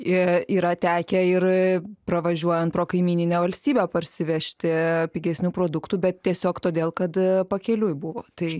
i yra tekę ir pravažiuojant pro kaimyninę valstybę parsivežti pigesnių produktų bet tiesiog todėl kad pakeliui buvo tai